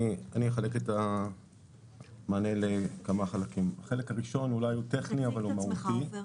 אחלק את המענה לכמה חלקים החלק הראשון אולי הוא טכני אבל הוא מהותי.